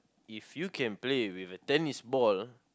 if you can play with a tennis ball